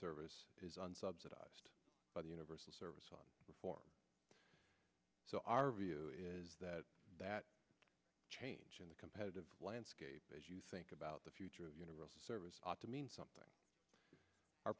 service isn't subsidized by the universal service on the form so our view is that that change in the competitive landscape as you think about the future of universal service to mean something